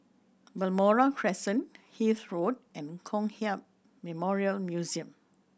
Balmoral Crescent Hythe Road and Kong Hiap Memorial Museum